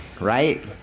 right